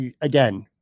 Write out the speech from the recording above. again